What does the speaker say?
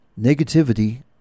Negativity